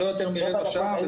זה היה לא יותר מרבע שעה.